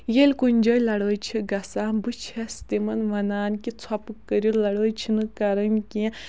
ییٚلہِ کُنہِ جایہِ لڑٲے چھِ گژھان بہٕ چھَس تِمَن وَنان کہِ ژھۄپہٕ کٔریوٗ لڑٲے چھِنہٕ کَرٕنۍ کیٚنہہ